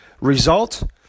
result